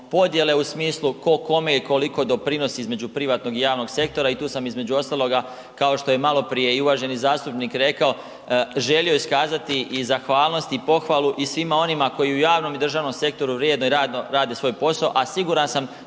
u smislu ko kome i koliko doprinosi između privatnog i javnog sektora i tu sam između ostaloga kao što je maloprije i uvaženi zastupnik rekao, želio iskazati i zahvalnost i pohvalu svima onima koji u javnom i državnom sektoru vrijedno i radno rade svoj posao, a siguran sam